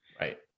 right